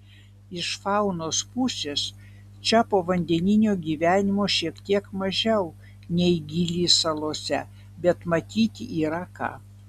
iš faunos pusės čia povandeninio gyvenimo šiek tiek mažiau nei gili salose bet pamatyti yra ką